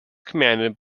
commanded